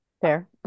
Fair